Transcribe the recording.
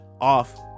off